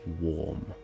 warm